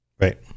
Right